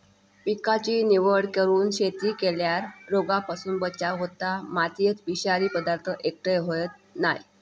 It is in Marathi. पिकाची निवड करून शेती केल्यार रोगांपासून बचाव होता, मातयेत विषारी पदार्थ एकटय होयत नाय